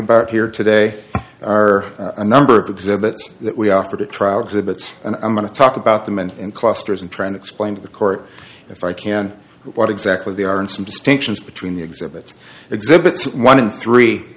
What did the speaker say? about here today are a number of exhibits that we offer to try exhibits and i'm going to talk about them and clusters and try and explain to the court if i can what exactly they are and some distinctions between the exhibits exhibits one in three